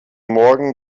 morgen